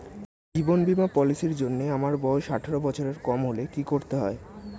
জীবন বীমা পলিসি র জন্যে আমার বয়স আঠারো বছরের কম হলে কি করতে হয়?